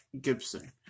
Gibson